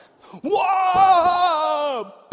Whoa